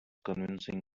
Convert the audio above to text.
convincing